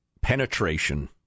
penetration